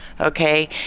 Okay